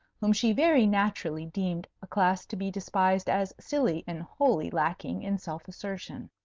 whom she very naturally deemed a class to be despised as silly and wholly lacking in self-assertion.